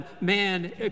man